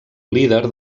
líder